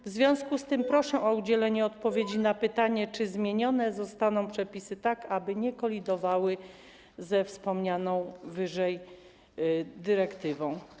W związku z tym proszę o udzielenie odpowiedzi na pytanie: Czy przepisy zostaną zmienione tak, aby nie kolidowały ze wspomnianą wyżej dyrektywą?